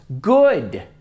good